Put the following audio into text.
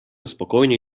spokojnie